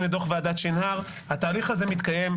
את דוח ועדת שנהר התהליך הזה מתקיים.